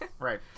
right